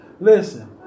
Listen